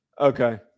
Okay